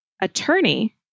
attorney